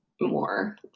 more